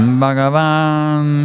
Bhagavan